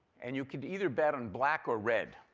and you could either bet on black or red.